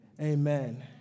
amen